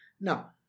Now